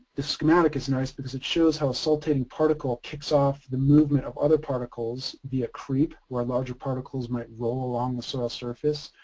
this schematic is nice because it shows how a saltating particle kicks off the movement of other particles via creep, where larger particles might roll along the soil surface,